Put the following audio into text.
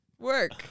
work